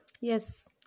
yes